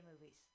movies